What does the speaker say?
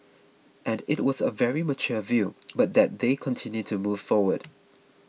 and it was a very mature view but that they continue to move forward